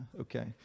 okay